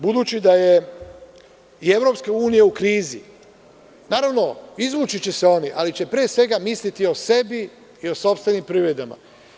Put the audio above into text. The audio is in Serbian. Budući da je EU u krizi, naravno izvući će se oni, ali će pre svega misliti o sebi i o sopstvenim privredama.